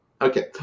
Okay